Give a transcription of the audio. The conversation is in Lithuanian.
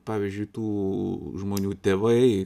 pavyzdžiui tų žmonių tėvai